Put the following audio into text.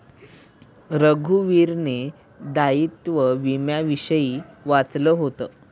रघुवीरने दायित्व विम्याविषयी वाचलं होतं